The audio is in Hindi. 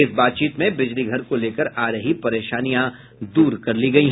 इस बातचीत में बिजलीघर को लेकर आ रही परेशानी दूर की गयी